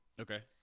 Okay